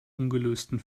ungelösten